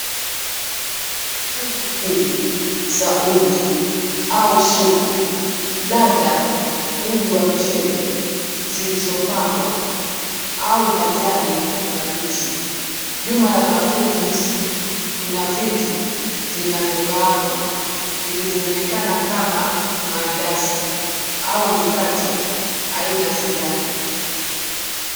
Bakuli mbili za uji au supu, labda uji wa mchele zilizopambwa au majani mabichi. Nyuma ya bakuli hizo kuna vitu vinavyokaangwa vilivyoonekana kama maandazi au mikate aina fulani.